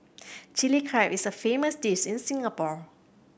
Chilli Crab is a famous dish in Singapore